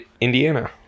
Indiana